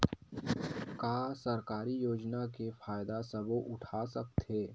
का सरकारी योजना के फ़ायदा सबो उठा सकथे?